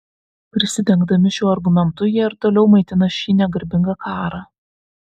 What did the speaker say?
prisidengdami šiuo argumentu jie ir toliau maitina šį negarbingą karą